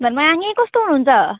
धमाआङी कस्तो हुनुहुन्छ